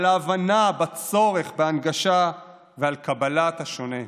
ל הבנה בצורך בהנגשה וקבלת השונה.